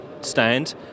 stand